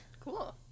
Cool